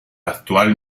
actual